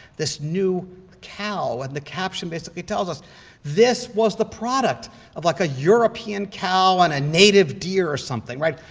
this new cow, and the caption basically tells us this was the product of like a european cow and a native deer or something, right?